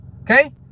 Okay